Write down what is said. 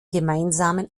gemeinsamen